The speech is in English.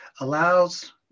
allows